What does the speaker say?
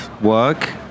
work